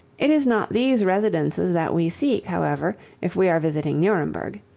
it is not these residences that we seek, however, if we are visiting nuremberg.